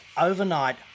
overnight